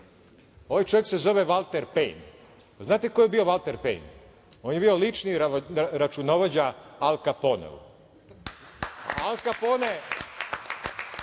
Ovaj čovek se zove Valter Pejn. Znate ko je bio Valter Pejn? On je bio lični računovođa Al Kaponeu. Al Kapone